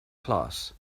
class